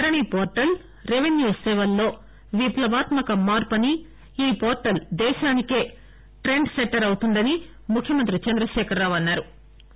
ధరణి portal revenue సేవల్లో విప్లవాత్మక మార్పు అని ఈ పోర్టల్ దేశానికే ట్రెండ్ సెట్టర్ అవుతుందని ముఖ్యమంత్రి చంద్రశేఖరరావు అన్సారు